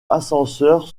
ascenseur